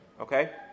okay